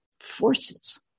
forces